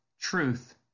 truth